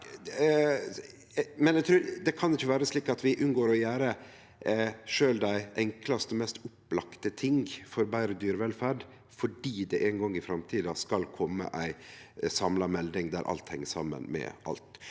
Det kan ikkje vere slik at vi unngår å gjere sjølv dei enklaste og mest opplagde ting for betre dyrevelferd fordi det ein gong i framtida skal kome ei samla melding der alt heng saman med alt.